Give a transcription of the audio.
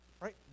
right